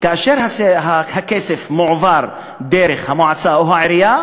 כאשר הכסף מועבר דרך המועצה או העירייה,